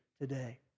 today